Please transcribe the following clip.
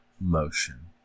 motion